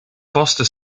foster